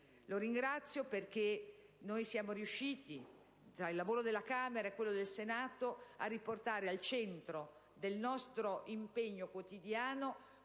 il Governo perché siamo riusciti, tra il lavoro della Camera e quello del Senato, a riportare al centro del nostro impegno quotidiano,